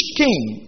king